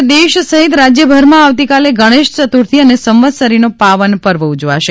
સમગ્ર દેશ સહિત રાજ્યભરમાં આવતીકાલે ગણેશ ચતુર્થી અને સંવતસરીનો પાવન પર્વ ઉજવાશે